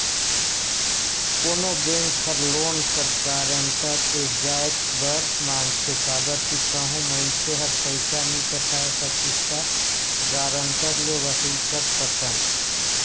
कोनो बेंक हर लोन कर गारंटर ए जाएत बर मांगथे काबर कि कहों मइनसे हर पइसा नी पटाए सकिस ता गारंटर ले वसूल कर सकन